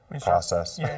process